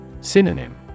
Synonym